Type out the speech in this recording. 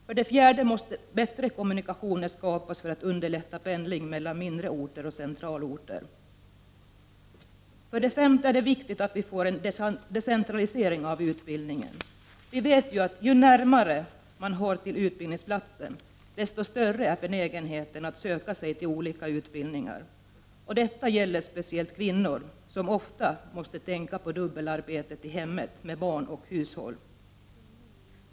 För det fjärde måste bättre kommunikationer skapas för att underlätta pendling mellan mindre orter och centralorter. För det femte är det viktigt att vi får en decentralisering av utbildningen. Vi vet att ju närmare man har till utbildningsplatsen, desto större är benägenheten att söka sig till olika utbildningar. Detta gäller speciellt kvinnor, som ofta också måste tänka på dubbelarbete i hemmet med barn och hushåll.